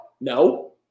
No